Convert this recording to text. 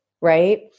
right